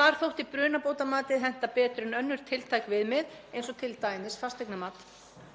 Þar þótti brunabótamatið henta betur en önnur tiltæk viðmið eins og t.d. fasteignamat.